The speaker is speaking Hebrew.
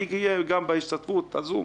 אני גאה בהשתתפות הזו,